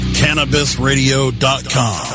cannabisradio.com